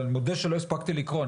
אבל אני מודה שלא הספקתי לקרוא.